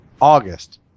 August